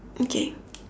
okay